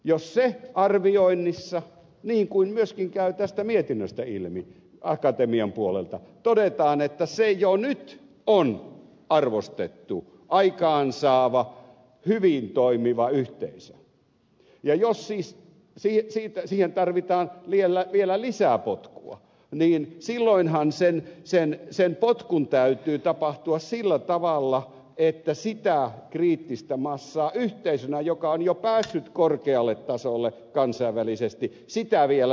jos siitä arvioinnissa akatemian puolelta todetaan niin kuin myöskin käy tästä mietinnöstä ilmi että se jo nyt on arvostettu aikaansaava hyvin toimiva yhteisö ja jos siihen tarvitaan vielä lisää potkua niin silloinhan sen potkun täytyy tapahtua sillä tavalla että sitä kriittistä massaa yhteisönä joka on jo päässyt korkealle tasolle kansainvälisesti vielä lisätään